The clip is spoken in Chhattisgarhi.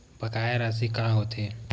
बकाया राशि का होथे?